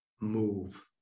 move